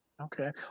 Okay